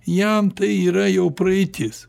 jam tai yra jau praeitis